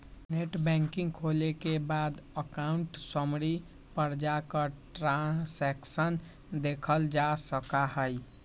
net banking खोले के बाद अकाउंट समरी पर जाकर ट्रांसैक्शन देखलजा सका हई